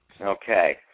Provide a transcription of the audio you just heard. Okay